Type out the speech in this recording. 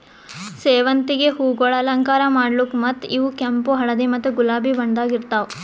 ಸೇವಂತಿಗೆ ಹೂವುಗೊಳ್ ಅಲಂಕಾರ ಮಾಡ್ಲುಕ್ ಮತ್ತ ಇವು ಕೆಂಪು, ಹಳದಿ ಮತ್ತ ಗುಲಾಬಿ ಬಣ್ಣದಾಗ್ ಇರ್ತಾವ್